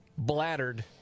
Blattered